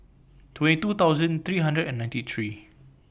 twenty two thousand three hundred and ninety three